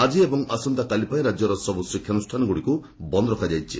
ଆଜି ଏବଂ ଆସନ୍ତାକାଲି ପାଇଁ ରାକ୍ୟର ସବୁ ଶିକ୍ଷାନୁଷାନଗୁଡ଼ିକୁ ବନ୍ଦ ରଖାଯାଇଛି